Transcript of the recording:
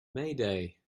mayday